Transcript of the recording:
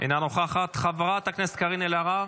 אינה נוכחת, חברת הכנסת קארין אלהרר,